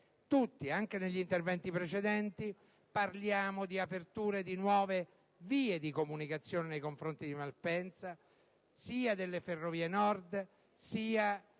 fatto anche negli interventi precedenti - parliamo di apertura di nuove vie di comunicazione nei confronti di Malpensa, sia delle ferrovie del Nord sia